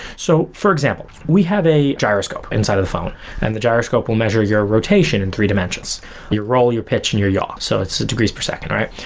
so for example, we have a gyroscope inside of the phone and the gyroscope will measure your rotation in three dimensions your roll, your pitch and your yaw. so it's a degrees per second, right?